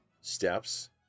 steps